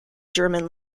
german